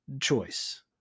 choice